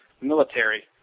military